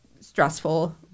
stressful